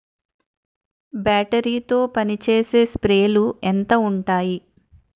Battery తో పనిచేసే స్ప్రేలు ఎంత ఉంటాయి?